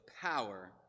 power